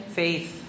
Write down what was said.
faith